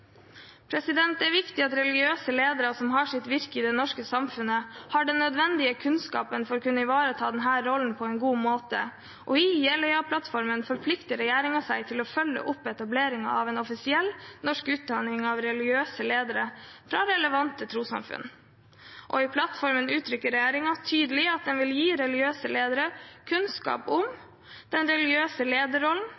Det er viktig at religiøse ledere som har sitt virke i det norske samfunnet, har den nødvendige kunnskapen for å kunne ivareta denne rollen på en god måte, og i Jeløya-plattformen forplikter regjeringen seg til å følge opp etableringen av en offisiell norsk utdanning av religiøse ledere fra relevante trossamfunn. I plattformen uttrykker regjeringen tydelig at den vil gi religiøse ledere kunnskap